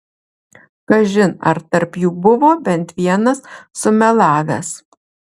kažin ar tarp jų buvo bent vienas sumelavęs